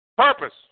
Purpose